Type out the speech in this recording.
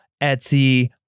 Etsy